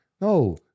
No